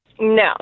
No